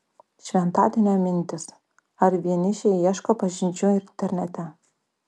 šventadienio mintys ar vienišiai ieško pažinčių internete